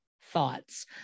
thoughts